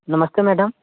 नमस्ते मैडम